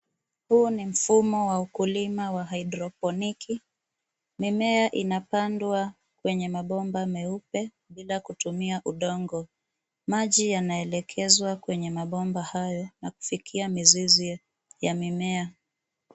Huu ni mfumo wa ukulima wa hydroponic .Mimea inapandwa kwenye mabomba meupe bila kutumia udongo. Maji yanaelekezwa kwenye mabomba hayo na kufikia mizizi ya mimea.